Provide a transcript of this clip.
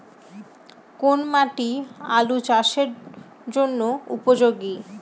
কোন মাটি আলু চাষের জন্যে উপযোগী?